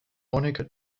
moniker